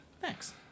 Thanks